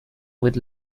with